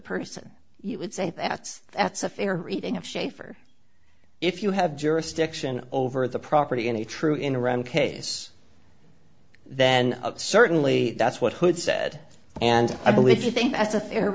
person you would say that's that's a fair reading of schaefer if you have jurisdiction over the property in a true in iran case then certainly that's what hood said and i believe you think that's a fair